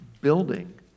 building